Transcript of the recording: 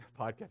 podcast